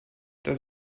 das